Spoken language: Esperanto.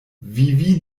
vivi